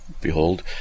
Behold